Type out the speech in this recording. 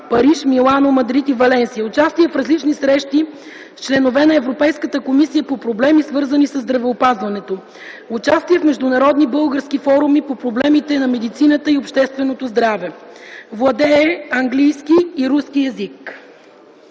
Париж, Милано, Мадрид и Валенсия, участие в различни срещи с членове на Европейската комисия по проблеми, свързани със здравеопазването, участие в международни и български форуми по проблемите на медицината и общественото здраве. Владее английски и руски езици.